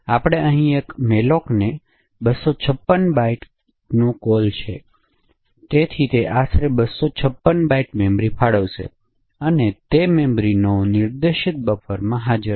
આપણે અહીં એક mallocને 256 બાઇટ્સ કોલ છે તેથી તે આશરે 256 બાઇટ્સ મેમરી ફાળવશે અને તે મેમરીનો નિર્દેશક બફરમાં હાજર છે